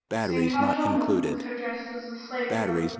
seeing taj al-muluk with her dressed as a slave girl,